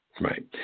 Right